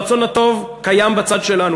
הרצון הטוב קיים בצד שלנו,